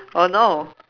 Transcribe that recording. oh no